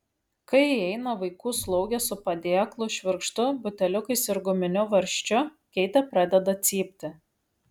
kai įeina vaikų slaugė su padėklu švirkštu buteliukais ir guminiu varžčiu keitė pradeda cypti